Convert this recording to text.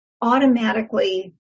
automatically